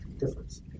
difference